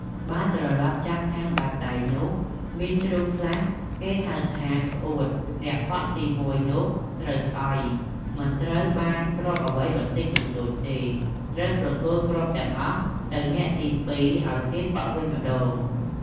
បើត្រឡប់ចាប់ខាងបាតដៃនោះ មានជ្រុះខ្លះគេហៅថា "ក្អួត" អ្នកប៉ក់ទី១ នោះត្រូវស្អុយ មិនត្រូវបានគ្រាប់អ្វីបន្តិចបន្តួចទេ ត្រូវប្រគល់គ្រាប់ទាំងអស់ទៅអ្នកទី ២ ឲ្យគេប៉ក់វិញម្ដង។